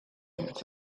aims